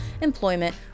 employment